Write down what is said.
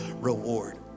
reward